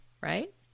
right